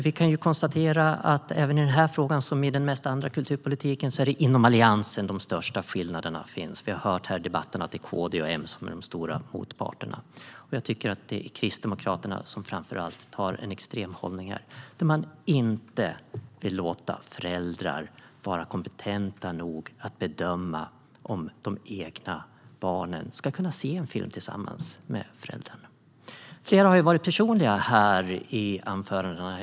Vi kan konstatera att även i den här frågan, som i de flesta andra delar av kulturpolitiken, är det inom Alliansen som de största skillnaderna finns. Vi har här i debatten hört att KD och M är de stora motparterna. Jag tycker att det framför allt är Kristdemokraterna som intar en extrem ståndpunkt här. Man vill inte låta föräldrar vara kompetenta nog att bedöma om de egna barnen ska kunna se en film tillsammans med dem. Flera har varit personliga i sina anföranden här.